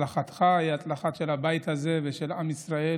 הצלחתך היא הצלחה של הבית הזה ושל עם ישראל,